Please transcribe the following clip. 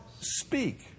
speak